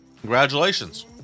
congratulations